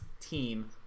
team